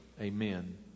Amen